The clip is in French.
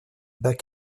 bas